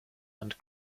and